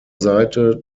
seite